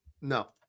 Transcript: No